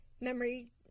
memory